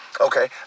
Okay